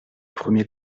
premier